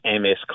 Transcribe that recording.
MS